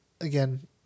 again